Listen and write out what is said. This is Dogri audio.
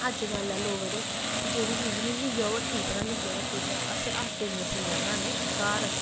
अजकल ऐ लोग ते जेह्ड़ी चीज़ निं लेई आओ हट्टी परा लेई आओ हट्टी परा अस आटे दियां सियां बनान्ने घर